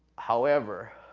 however,